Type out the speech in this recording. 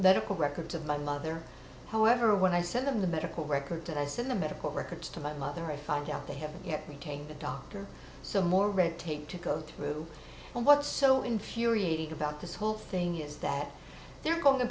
medical records of my mother however when i send them the medical records and i send the medical records to my mother i find out they haven't yet maintained the doctor so more red tape to go through and what's so infuriating about this whole thing is that they're going about the